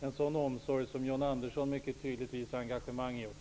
En sådan omsorg visar John Andersson också mycket tydligt engagemang i.